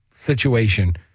situation